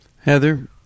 Heather